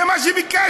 זה מה שביקשתי.